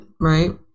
right